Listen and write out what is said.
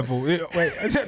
Wait